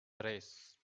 tres